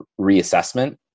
reassessment